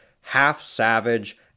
half-savage